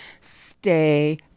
stay